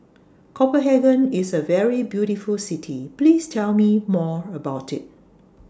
Copenhagen IS A very beautiful City Please Tell Me More about IT